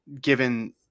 given